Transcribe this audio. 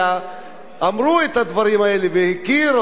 אמרו את הדברים האלה והכיר בית-המשפט,